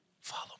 follow